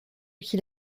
qu’il